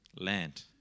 land